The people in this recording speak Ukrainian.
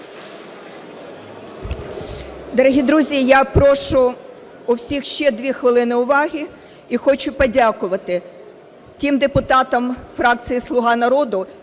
Дорогі друзі, я прошу у всіх ще дві хвилини уваги і хочу подякувати тим депутатам фракції "Слуга народу",